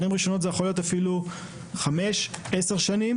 זה יכול להיות אפילו חמש או עשר שנים